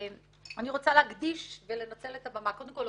אני רוצה להקדיש ולנצל את הבמה קודם כל,